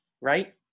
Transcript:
right